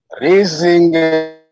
raising